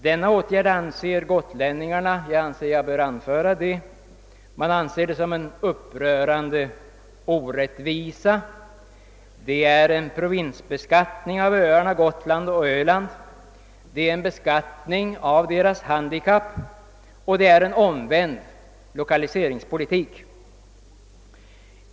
Jag tycker jag bör anföra att gotlänningarna anser denna åtgärd vara en upprörande orättvisa. Det är en provinsbeskattning av öarna Gotland och Öland, en beskattning av deras handikapp, och det är en omvänd lokaliseringspolitik.